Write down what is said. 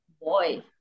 boy